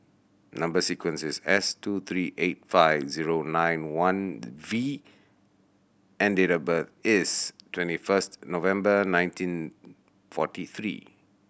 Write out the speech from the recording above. number sequence is S two three eight five zero nine one V and date of birth is twenty first November nineteen forty three